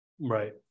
right